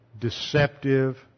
deceptive